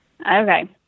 Okay